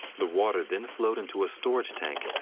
the water then flowed into a storage tank,